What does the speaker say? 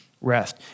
rest